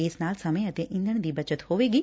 ਇਸ ਨਾਲ ਸਮੇਂ ਅਤੇ ਈਧਣ ਦੀ ਬਚਤ ਹੋਵੇਗੀ